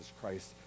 Christ